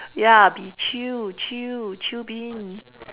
ya be chill chill chill beans